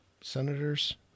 senators